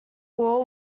ore